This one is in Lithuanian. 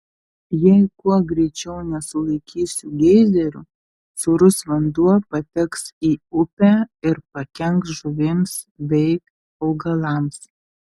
jei kuo greičiau nesulaikysiu geizerių sūrus vanduo pateks į upę ir pakenks žuvims bei augalams